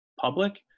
public